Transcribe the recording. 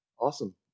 awesome